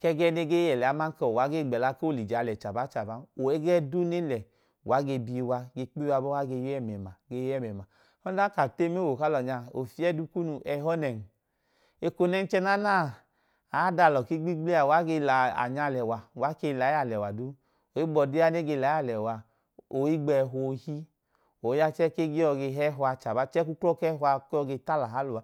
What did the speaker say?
ke ge nee gee yee leya aman kuwa ge gbela ko lije le chaba chabn u ẹgẹ duu ne le uwa ge biiwa ge kp’iiwa bọhage yọ ẹmẹma g̣ yọ ẹmẹma. Ọdan ka t’eyi m’ewo k’alo nya ofiedu kunu ẹhọnẹn. Ẹko nẹnchẹ nana aadalo lo gbigble uwa ge lanya alewa uwa ke lai aleꞌ’wa duu, ọhigbọdiya nege layi alewa a, ohigbẹhọ ohi oya chẹẹ kegee yọ ge hẹho chaba che k’uklo kẹhọ a ko yọ ge taalaha luwa.